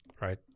right